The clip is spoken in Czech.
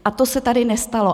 A to se tady nestalo.